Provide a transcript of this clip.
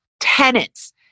tenants